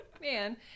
Man